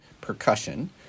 percussion